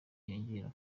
biyongera